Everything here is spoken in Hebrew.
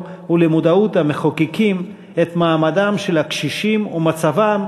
ולמודעות המחוקקים את מעמדם של הקשישים ומצבם